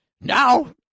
Now